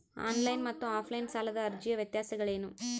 On line ಮತ್ತು offline ಸಾಲದ ಅರ್ಜಿಯ ವ್ಯತ್ಯಾಸಗಳೇನು?